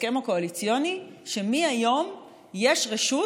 בהסכם הקואליציוני, שמהיום יש רשות,